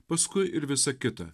paskui ir visa kita